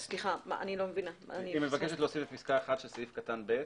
היא מבקשת להוסיף בפסקה (1) של סעיף קטן (ב)